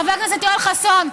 חבר הכנסת יואל חסון,